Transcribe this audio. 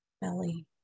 belly